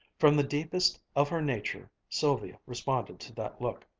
from the deepest of her nature, sylvia responded to that look.